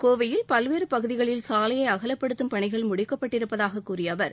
கோவையில் பல்வேறு பகுதிகளில் சாலையை அகலப்படுத்தும் பணிகள் முடிக்கப்பட்டிருப்பதாக கூறிய அவர்